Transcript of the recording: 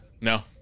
No